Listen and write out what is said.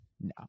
no